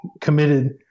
committed